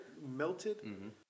melted